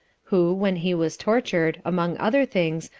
who, when he was tortured, among other things,